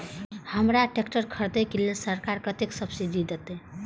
हमरा ट्रैक्टर खरदे के लेल सरकार कतेक सब्सीडी देते?